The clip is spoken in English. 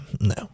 No